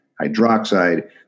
hydroxide